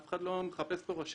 אף אחד לא מחפש ראשים,